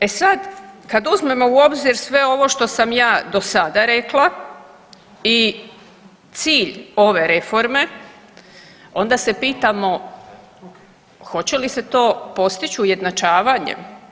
E sad, kad uzmemo u obzir sve ovo što sam ja do sada rekla i cilj ove reforme onda se pitamo hoće li se to postići ujednačavanjem?